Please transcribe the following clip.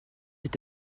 est